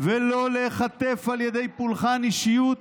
ולא להיחטף על ידי פולחן אישיות